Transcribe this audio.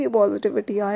positivity